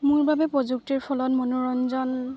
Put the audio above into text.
মোৰ বাবে প্ৰযুক্তিৰ ফলত মনোৰঞ্জন